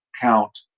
count